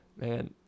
Man